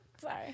Sorry